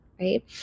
right